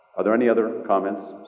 are there any other comments?